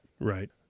Right